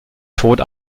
tod